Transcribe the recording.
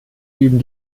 üben